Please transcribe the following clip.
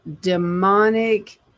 demonic